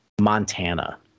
Montana